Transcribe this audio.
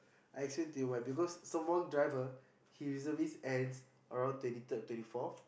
I explain to you why because Sembawang driver he reservist ends around twenty third twenty fourth